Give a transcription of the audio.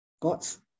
God's